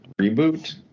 reboot